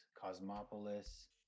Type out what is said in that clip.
Cosmopolis